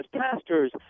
pastors